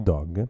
Dog